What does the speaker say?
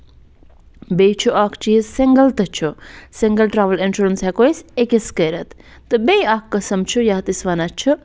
بیٚیہِ چھُ اکھ چیٖز سِنٛگَل تہِ چھُ سِنٛگَل ٹرٛاوٕل اِنشورَنٕس ہٮ۪کَو أسۍ أکِس کٔرِتھ تہٕ بیٚیہِ اَکھ قٕسٕم چھُ یَتھ أسۍ وَنان چھِ